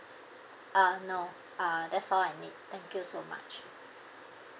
uh no uh that's all I need thank you so much